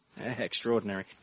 extraordinary